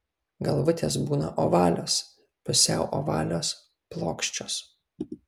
galvutės būna ovalios pusiau ovalios plokščios